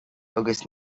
agus